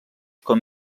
com